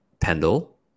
pendle